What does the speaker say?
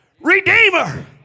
redeemer